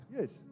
Yes